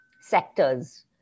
sectors